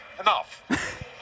Enough